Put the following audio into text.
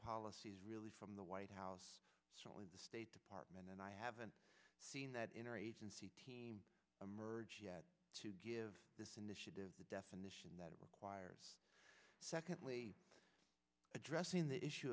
policy is really from the white house the state department and i haven't seen that interagency team emerge yet to give this initiative the definition that it requires secondly addressing the issue